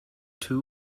two